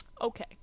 Okay